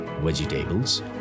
vegetables